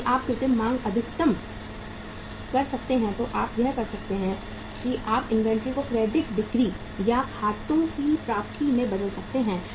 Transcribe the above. यदि आप कृत्रिम मांग अधिकतम कर सकते हैं तो आप कर सकते हैं आप इन्वेंट्री को क्रेडिट बिक्री या खातों की प्राप्ति में बदल सकते हैं